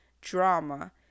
drama